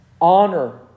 Honor